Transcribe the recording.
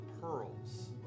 pearls